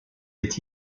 est